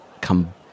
come